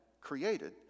created